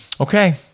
Okay